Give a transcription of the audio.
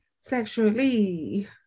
Sexually